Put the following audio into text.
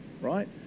right